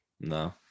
No